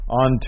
on